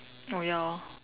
oh ya lor